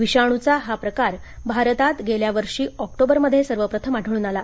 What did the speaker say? विषाणूचा हा प्रकार भारतात गेल्या वर्षी ऑक्टोबरमध्ये सर्व प्रथम आढळून आला